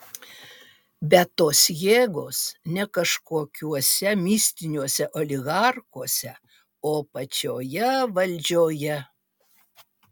bet tos jėgos ne kažkokiuose mistiniuose oligarchuose o pačioje valdžioje